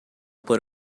por